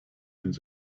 and